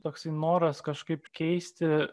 toksai noras kažkaip keisti